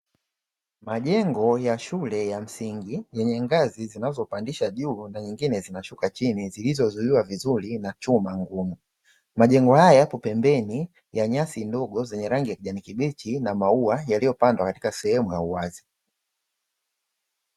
Majengo ya shule ya msingi, yenye ngazi zinazopandisha juu na nyingine zinashuka chini zilizozuiliwa vizuri na chuma ngumu, majengo haya yapo pembeni ya nyasi ndogo zenye rangi ya kijani kibichi na maua yaliyopandwa katika sehemu ya uwazi.